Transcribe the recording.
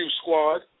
Squad